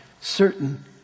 certain